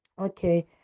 Okay